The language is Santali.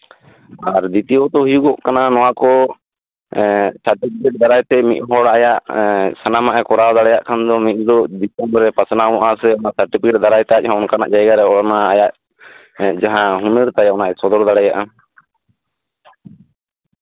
ᱟᱨ ᱫᱤᱛᱭᱚᱛᱚ ᱦᱩᱭᱩᱜ ᱜᱚᱜ ᱠᱟᱱᱟ ᱱᱚᱣᱟ ᱠᱚ ᱥᱟᱨᱴᱚᱯᱷᱤᱠᱮᱴ ᱫᱟᱨᱟᱭᱛᱮ ᱢᱤᱫᱦᱚᱲ ᱟᱭᱟᱜ ᱥᱟᱱᱟᱢᱟᱜ ᱮ ᱠᱚᱨᱟᱣ ᱫᱟᱲᱮᱭᱟᱜ ᱠᱷᱟᱱ ᱫᱚ ᱱᱤᱛ ᱫᱚ ᱯᱟᱥᱱᱟᱣᱚᱜᱼᱟ ᱥᱮ ᱥᱟᱨᱴᱚᱯᱷᱤᱠᱮᱴ ᱫᱟᱨᱟᱭᱛᱮ ᱚᱱᱠᱟᱱᱟᱜ ᱡᱟᱭᱜᱟᱨᱮ ᱟᱭᱟᱜ ᱡᱟᱸᱦᱟ ᱩᱭᱦᱟᱹᱨ ᱛᱟᱭ ᱚᱱᱟᱭ ᱥᱚᱫᱚᱨ ᱫᱟᱲᱮᱭᱟᱜᱼᱟ